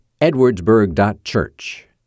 edwardsburg.church